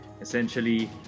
essentially